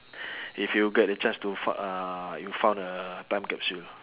if you get the chance to fo~ uh you found a time capsule